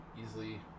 Easily